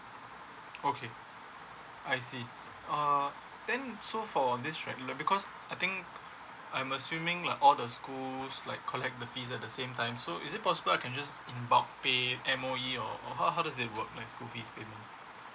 okay I see uh then so for this re~ because I think I'm assuming like all the schools like collect the fees at the same time so is it possible I can just inbox pay M_O_E or how how does it work like for school fee payment